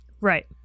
Right